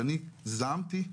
שאני זעמתי,